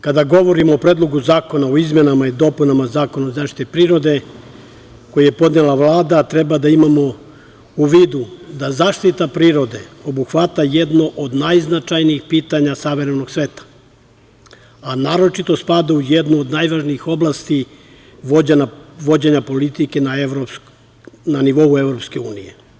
Kada govorim o Predlogu zakona o izmenama i dopunama Zakona o zaštiti prirode, koji je podnela Vlada, treba da imamo u vidu da zaštita prirode obuhvata jednu od najznačajnijih pitanja savremenog sveta, a naročito spada u jednu od najvažnijih oblasti vođenja politike na nivou EU.